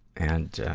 and,